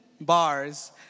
bars